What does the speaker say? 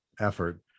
effort